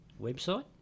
website